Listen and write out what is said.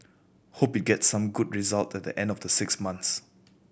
hope it gets some good result at the end of the six months